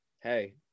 Hey